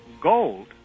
gold